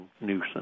nuisance